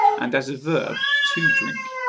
and as a verb, to drink.